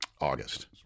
August